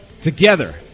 together